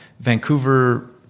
Vancouver